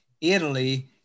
Italy